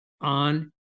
on